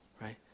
right